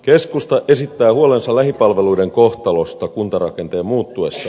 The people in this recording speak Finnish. keskusta esittää huolensa lähipalveluiden kohtalosta kuntarakenteen muuttuessa